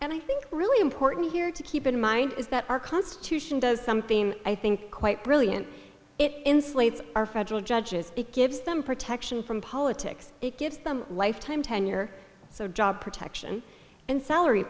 and i think really important here to keep in mind is that our constitution does something i think quite brilliant it insulates our federal judges it gives them protection from politics it gives them lifetime tenure so job protection and sel